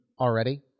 already